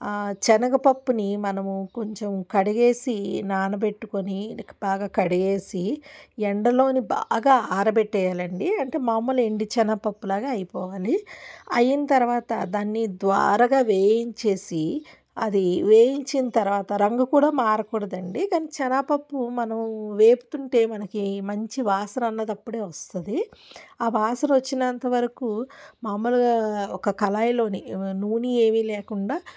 చెనగపప్పుని మనము కొంచెం కడిగేసి నానబెట్టుకొని బాగా కడిగేసి ఎండలోని బాగా ఆరబెట్టేయాలి అండి అంటే మామూలు ఎండి చెనగపప్పులాగా అయిపోవాలి అయిన తర్వాత దాన్ని ద్వారగా వేయించేసి అది వేయించిన తర్వాత రంగు కూడా మారకూడదు అండి దాని చెనగపప్పు మనం వేపుతుంటే మనకి మంచి వాసన అన్నది అప్పుడే వస్తది ఆ వాసన వచ్చినంత వరకు మామూలుగా ఒక కళాయిలోని నూనె ఏమీ లేకుండా